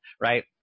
right